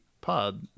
pod